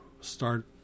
start